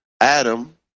Adam